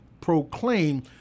proclaim